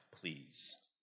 please